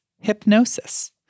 hypnosis